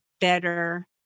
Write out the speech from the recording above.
better